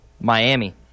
Miami